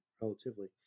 relatively